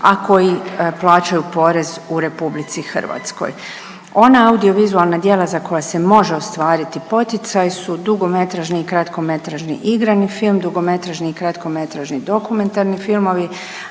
a koji plaćaju porez u Republici Hrvatskoj. Ona audio-vizualna djela za koja se može ostvariti poticaj su dugometražni i dugometražni i kratkometražni igrani film, dugometražni i kratkometražni dokumentarni filmovi,